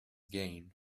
gain